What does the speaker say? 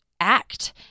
act